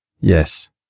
Yes